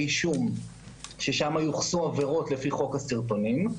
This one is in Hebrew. אישום ששם יוחסו עבירות לפי חוק הסרטונים.